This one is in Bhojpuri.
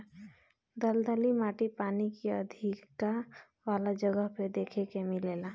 दलदली माटी पानी के अधिका वाला जगह पे देखे के मिलेला